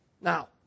Now